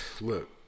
look